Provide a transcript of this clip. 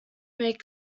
make